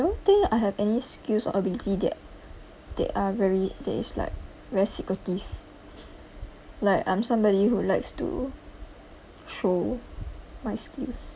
I don't think I have any skills or ability that they are very that is like very secretive like I'm somebody who likes to show my skills